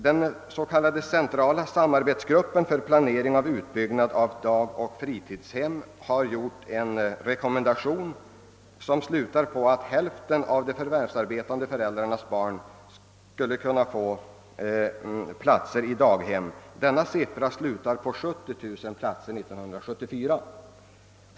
Den s.k. centrala samarbetsgruppen för planering av utbyggnad av dagoch fritidshem har gjort en rekommendation som slutar på att hälften av de förvärvsarbetande föräldrarnas barn skulle kunna få plats i daghem. Man räknar då med 70 000 platser 1974.